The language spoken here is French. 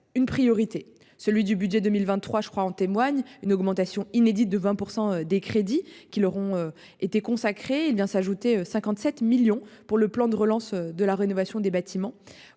une priorité, celui du budget 2023, je crois, en témoigne une augmentation inédite de 20% des crédits qui leur ont été consacrés. Il vient s'ajouter 57 millions pour le plan de relance de la rénovation des bâtiments.